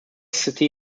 city